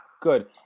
good